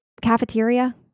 cafeteria